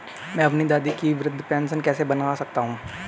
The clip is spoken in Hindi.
मैं अपनी दादी की वृद्ध पेंशन कैसे बनवा सकता हूँ?